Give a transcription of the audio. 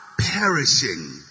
perishing